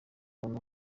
umuntu